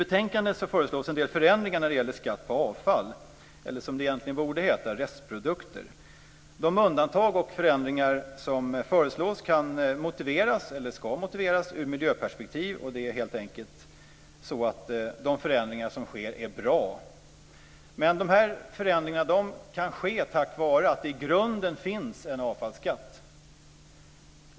I betänkandet föreslås en del förändringar av skatten på avfall eller restprodukter, som det egentligen borde heta.